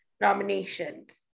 nominations